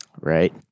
Right